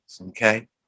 Okay